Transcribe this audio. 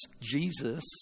Jesus